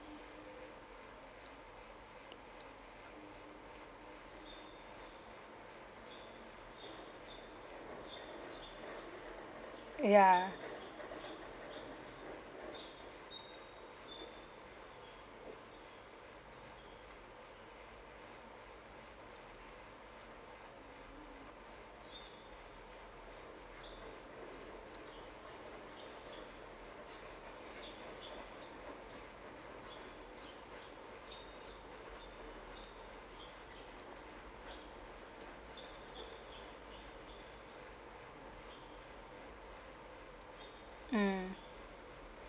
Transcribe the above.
ya mm